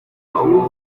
ubu